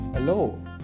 Hello